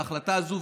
בהחלטה הזאת,